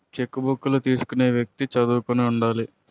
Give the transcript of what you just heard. చెక్కుబుక్కులు తీసుకునే వ్యక్తి చదువుకుని ఉండాలి